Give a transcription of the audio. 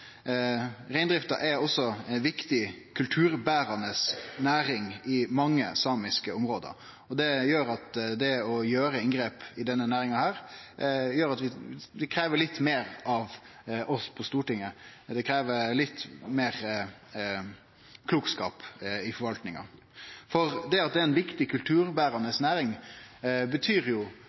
Reindrifta er også ei viktig kulturberande næring i mange samiske område, og det gjer at det å gjere inngrep i denne næringa krev litt meir av oss på Stortinget, det krev litt meir klokskap i forvaltinga. Det at det er ei viktig kulturberande næring betyr jo